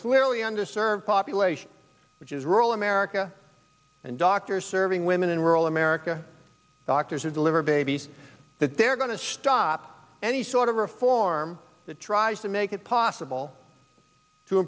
clearly under served population which is rural america and doctors serving women in rural america doctors who deliver babies that they're going to stop any sort of reform that tries to make it possible to